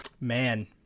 man